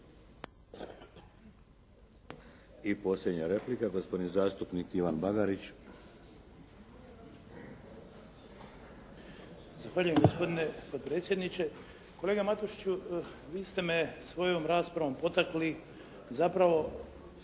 I posljednja replika gospodin zastupnik Ivan Bagarić. **Bagarić, Ivan (HDZ)** Zahvaljujem gospodine potpredsjedniče, kolega Matušiću vi ste me svojom raspravom potakli zapravo